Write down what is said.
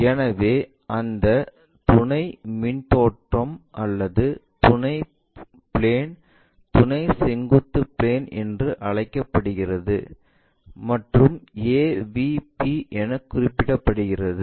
எனவே அந்த துணை முன் தோற்றம் மற்றும் துணை பிளேன் துணை செங்குத்து பிளேன் என்று அழைக்கப்படுகிறது மற்றும் AVP என குறிக்கப்படுகிறது